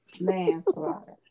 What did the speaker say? manslaughter